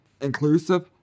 Inclusive